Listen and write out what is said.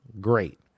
Great